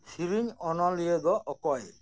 ᱥᱮᱨᱮᱧ ᱚᱱᱚᱞᱤᱭᱟᱹ ᱫᱚ ᱚᱠᱚᱭ